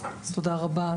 אז תודה רבה,